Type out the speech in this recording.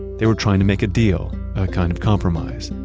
they were trying to make a deal, a kind of compromise.